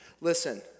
listen